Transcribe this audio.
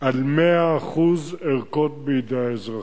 על 100% ערכות בידי האזרחים.